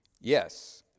Yes